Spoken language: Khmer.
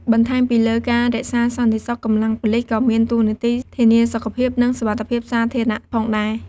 បន្ថែមពីលើការរក្សាសន្តិសុខ កម្លាំងប៉ូលិសក៏មានតួនាទីធានាសុខភាព និងសុវត្ថិភាពសាធារណៈផងដែរ។